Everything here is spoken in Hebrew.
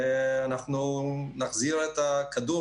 ואנחנו נחזיר את הכדור,